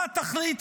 מה התכלית,